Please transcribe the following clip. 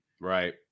right